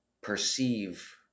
perceive